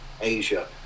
Asia